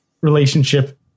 relationship